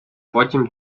потім